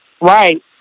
Right